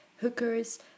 hookers